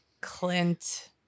Clint